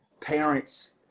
parents